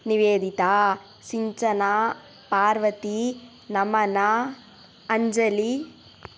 Nivedita Sinchana Parvati Namana Anjali